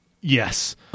Yes